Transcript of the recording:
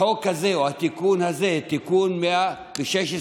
החוק הזה, התיקון הזה, תיקון 116,